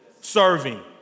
serving